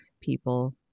people